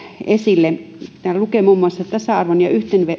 esille kun täällä lukee muun muassa tasa arvon ja